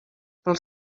pel